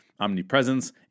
omnipresence